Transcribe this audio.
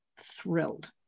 thrilled